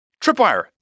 tripwire